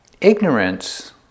ignorance